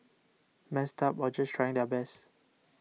messed up or just trying their best